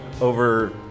over